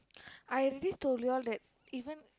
I really told you all that even